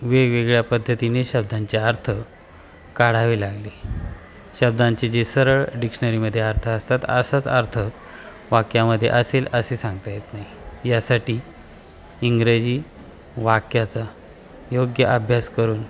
वेगवेगळ्या पद्धतीने शब्दांचे अर्थ काढावे लागले शब्दांचे जे सरळ डिक्शनरीमध्ये अर्थ असतात असाच अर्थ वाक्यामध्ये असेल असे सांगता येत नाही यासाठी इंग्रजी वाक्याचा योग्य अभ्यास करून